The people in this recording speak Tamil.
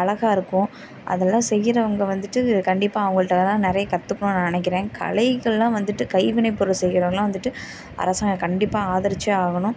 அழகா இருக்கும் அதில் தான் செய்கிறவங்க வந்துட்டு கண்டிப்பாக அவங்கள்கிட்டலாம் நிறைய கற்றுக்கணும்னு நான் நினைக்கிறேன் கலைகளெல்லாம் வந்துட்டு கைவினை பொருள் செய்கிறவங்களாம் வந்துட்டு அரசாங்கம் கண்டிப்பாக ஆதரித்தே ஆகணும்